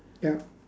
yup